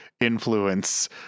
influence